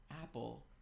apple